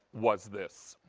was this.